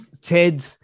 Ted